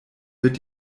wird